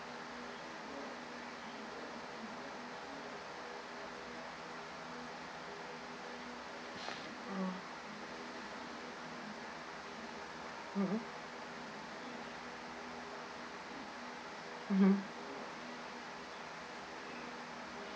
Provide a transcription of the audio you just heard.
mm mmhmm mmhmm